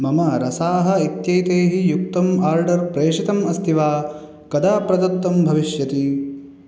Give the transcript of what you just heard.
मम रसाः इत्येतैः युक्तम् आर्डर् प्रेषितम् अस्ति वा कदा प्रदत्तं भविष्यति